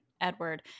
Edward